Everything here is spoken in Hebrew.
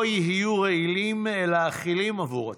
לא יהיו רעילים אלא אכילים עבור הציבור.